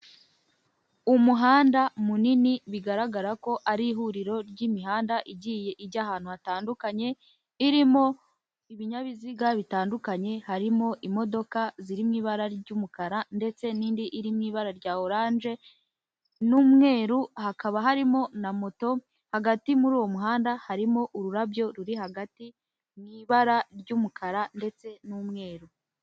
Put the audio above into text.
Umuhanda munini, bigaragara ko ari ihuriro ry'imihanda igiye ijya ahantu hatandukanye, irimo ibinyabiziga bitandukanye, harimo imodoka ziri mu ibara ry'umukara ndetse n'indi iri mu ibara rya oranje n'umweru, hakaba harimo na moto, hagati muri uwo muhanda harimo ururabyo ruri hagati, mu ibara ry'umukara ndetse n'umweru.